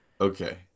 Okay